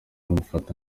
mufata